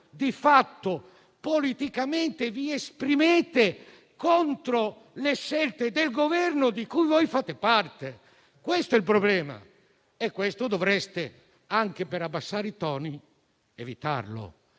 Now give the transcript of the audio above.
di fatto politicamente vi esprimete contro le scelte del Governo di cui fate parte. Il problema è questo e, anche per abbassare i toni, da